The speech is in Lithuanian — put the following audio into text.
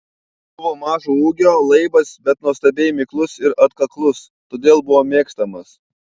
buvo mažo ūgio laibas bet nuostabiai miklus ir atkaklus todėl buvo mėgstamas